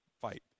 fight